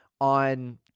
on